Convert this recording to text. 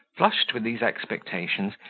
flushed with these expectations,